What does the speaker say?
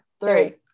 three